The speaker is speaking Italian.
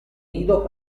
nido